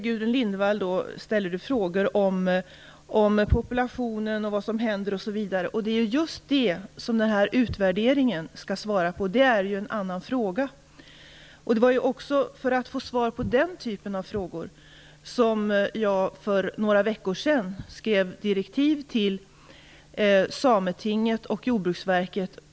Gudrun Lindvall har frågor om populationen, om vad som händer osv. Just det skall utvärderingen ge svar på, men det är en annan fråga. Det var för att få svar på den typen av frågor som jag för några veckor sedan skrev direktiv till Sametinget och Jordbruksverket.